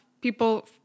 people